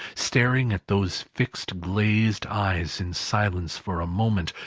staring at those fixed glazed eyes, in silence for a moment,